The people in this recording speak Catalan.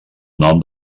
nom